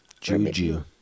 Juju